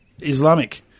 Islamic